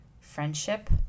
friendship